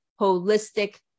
holistic